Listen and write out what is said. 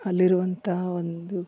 ಅಲ್ಲಿರುವಂತಹ ಒಂದು